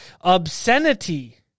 Obscenity